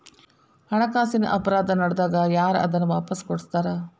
ಹಣಕಾಸಿನ್ ಅಪರಾಧಾ ನಡ್ದಾಗ ಯಾರ್ ಅದನ್ನ ವಾಪಸ್ ಕೊಡಸ್ತಾರ?